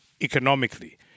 economically